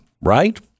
right